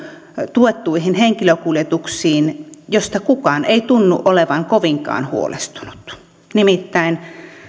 tuettuihin henkilökuljetuksiin mistä kukaan ei tunnu olevaan kovinkaan huolestunut nimittäin